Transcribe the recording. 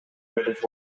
british